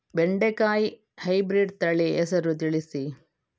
ಬೆಂಡೆಕಾಯಿಯ ಹೈಬ್ರಿಡ್ ತಳಿ ಹೆಸರು ತಿಳಿಸಿ?